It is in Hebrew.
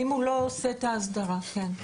אם הוא לא עושה את ההסדרה, כן.